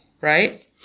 right